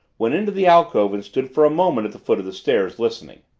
went into the alcove and stood for a moment at the foot of the stairs, listening.